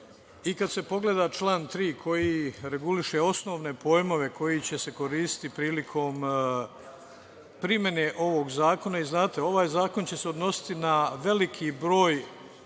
se pogleda član 3. koji reguliše osnovne pojmove koji će se koristiti prilikom primene ovog zakona i, znate, ovaj zakon će se odnositi na veliki broj